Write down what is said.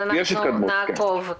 אנחנו נעקוב.